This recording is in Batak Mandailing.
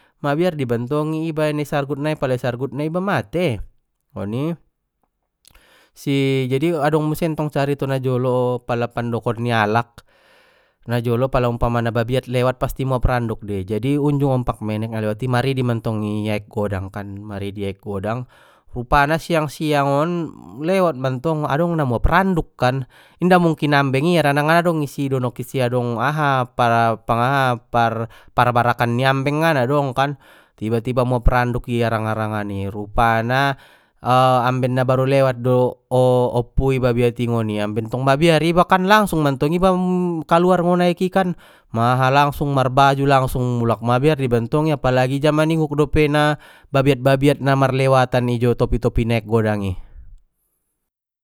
Mabiar diba ntong i iba na i sargut nai pala i sargutna iba mate oni, si jadi adong muse carito najolo pala pandokon ni alak najolo pala umpamana babiat lewat pasti muap randuk dei jadi unjung ompak menek na lewati maridi mantong i aek godang kan maridi i aek godang rupana siang siang on lewat mantong adong na muap randuk kan inda mungkin ambeng i harana ngadong isi donok isi par barakan ni ambeng ngana dong kan tiba tiba muap randuk di arang arangani rupana amben na baru lewat do oppoui babiat i ngoni amben tong mabiar iba kan langsung mantong iba kaluar ngon aek i kan maha langsung marbaju langsung mulak mabiar diba ntong i apalagi jaman i gok dopena babiat babiat na marlewatan i topi topi aek godang i.